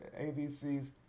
ABC's